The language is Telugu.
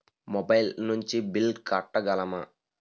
మొబైల్ నుంచి బిల్ కట్టగలమ?